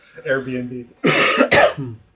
Airbnb